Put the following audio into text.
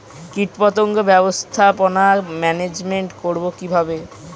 কীটপতঙ্গ ব্যবস্থাপনা ম্যানেজমেন্ট করব কিভাবে?